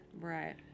Right